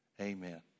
Amen